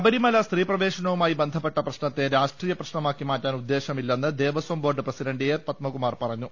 ശബരിമല സ്ത്രീ പ്രവേശനവുമായി ബന്ധപ്പെട്ട പ്രശ്നത്തെ രാഷ്ട്രീയ പ്ര ശ്നമാക്കി മാറ്റാൻ ഉദ്ദേശമില്ലെന്ന് Devaswom board president A Padmakumar പറഞ്ഞു